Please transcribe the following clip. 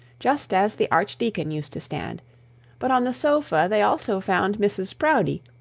just as the archdeacon used to stand but on the sofa they also found mrs proudie,